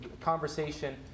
conversation